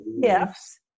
gifts